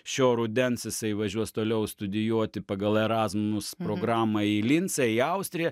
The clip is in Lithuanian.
šio rudens jisai važiuos toliau studijuoti pagal erasmus programą į lincą į austriją